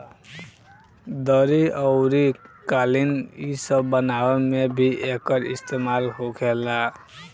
दरी अउरी कालीन इ सब बनावे मे भी एकर इस्तेमाल होखेला